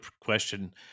question